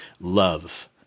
love